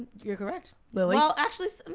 you're correct. well well actually, so and